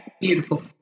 Beautiful